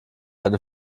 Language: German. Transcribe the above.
eine